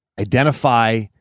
Identify